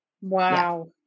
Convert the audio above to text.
Wow